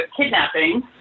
kidnapping